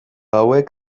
hauek